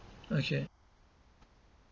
okay